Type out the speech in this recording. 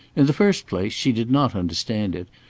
in the first place she did not understand it,